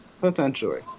Potentially